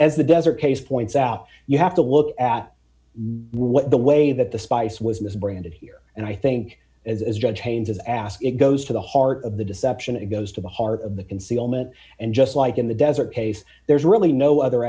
as the desert case points out you have to look at what the way that the spice was misbranded here and i think as judge haynes asked it goes to the heart of the deception it goes to the heart of the concealment and just like in the desert case there's really no other